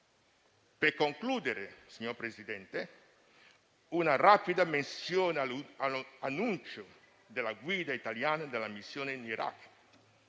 Per concludere, mi sia consentita una rapida menzione all'annuncio della guida italiana della missione in Iraq.